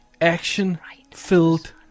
action-filled